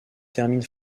termine